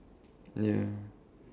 ya